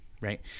right